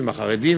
ועם החרדים,